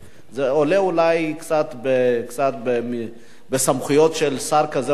זה עולה אולי קצת בסמכויות של שר כזה או אחר.